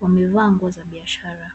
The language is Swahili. Wamevaa nguo za biashara.